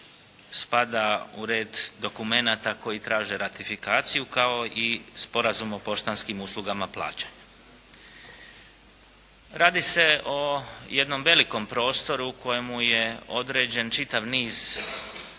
spada u red dokumenata koji traže ratifikaciju kao i sporazum o poštanskim uslugama plaćanja. Radi se o jednom velikom prostoru kojemu je određen čitav niz